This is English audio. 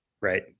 Right